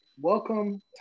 welcome